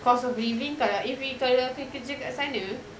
cost of living if retailers you could do as I knew